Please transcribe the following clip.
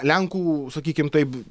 lenkų sakykim taip